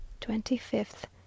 Twenty-fifth